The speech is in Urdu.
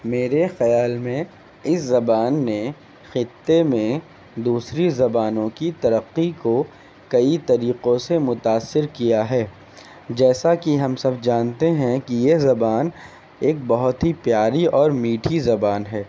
میرے خیال میں اس زبان نے خطے میں دوسری زبانوں کی ترقی کو کئی طریقوں سے متأثر کیا ہے جیسا کہ ہم سب جانتے ہیں کہ یہ زبان ایک بہت ہی پیاری اور میٹھی زبان ہے